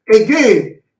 Again